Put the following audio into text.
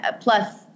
plus